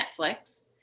Netflix